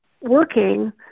working